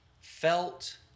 felt